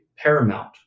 Paramount